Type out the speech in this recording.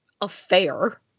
affair